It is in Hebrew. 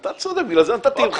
אתה צודק, בגלל זה נתתי לך.